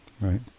right